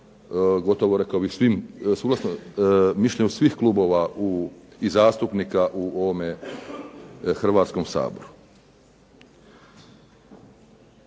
gotovo rekao bih svim, suglasno mišljenju svih klubova i zastupnika u ovome Hrvatskom saboru.